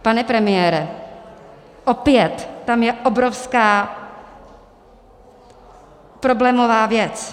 Pane premiére, opět, tam je obrovská problémová věc.